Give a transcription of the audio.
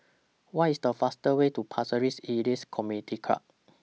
What IS The fastest Way to Pasir Ris Elias Community Club